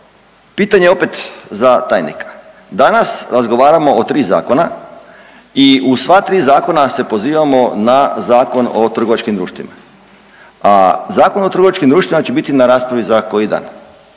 pitanje opet za tajnika, danas razgovaramo o tri zakona i u sva tri zakona se pozivamo na Zakon o trgovačkim društvima, a Zakon o trgovačkim društvima će biti na raspravi za koji dan,